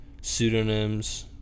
pseudonyms